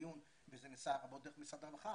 זה נעשה רבות דרך משרד הרווחה,